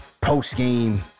post-game